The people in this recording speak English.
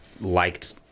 liked